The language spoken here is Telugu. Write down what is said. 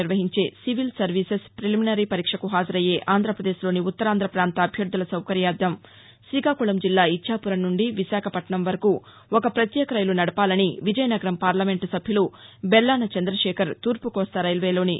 నిర్వహించే సివిల్ సర్వీసెస్ పిలిమినరీ పరీక్షకు హాజరయ్యే ఆంధ్రప్రదేశ్ లోని ఉత్తరాంధ్ర ప్రాంత అభ్యర్థల సౌకర్యార్థం శ్రీకాకుళంజిల్లా ఇచ్చాపురం నుండి విశాఖపట్నం వరకు ఒక ప్రత్యేక రైలు నడపాలని విజయనగరం పార్లమెంట్ సభ్యులు బెల్లాన చంద్రకేఖర్ తూర్పుకోస్తా రైల్వేలోని